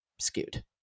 skewed